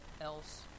else